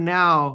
now